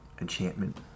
enchantment